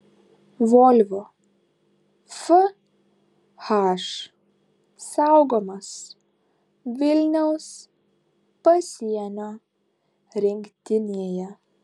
volvo fh saugomas vilniaus pasienio rinktinėje